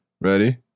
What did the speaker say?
Ready